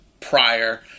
prior